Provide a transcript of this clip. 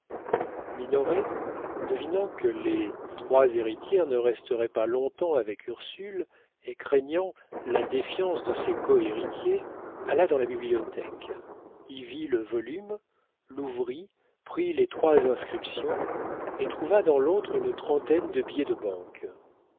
minoret devinant que les trois héritières ne resteraient pas longtemps avec ursule et craignant la défiance de ses cohéritiers alla dans la bibliothèque y vit le volume l'ouvrit prit les trois inscriptions et trouva dans l'autre une trentaine de billets de banque